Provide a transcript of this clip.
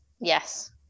Yes